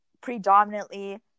predominantly